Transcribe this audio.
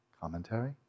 Commentary